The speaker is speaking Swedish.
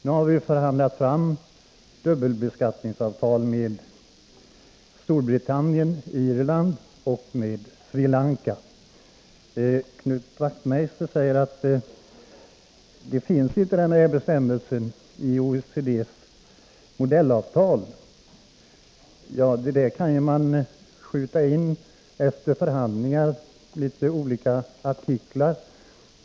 Nu har vi förhandlat fram dubbelbeskattningsavtal med Storbritannien, Nordirland och Sri Lanka. Knut Wachtmeister säger att den här bestämmelsen inte finns i OECD:s modellavtal. Men man kan efter förhandlingar lägga till litet olika artiklar.